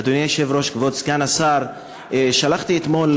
כבוד סגן השר, שלחתי אתמול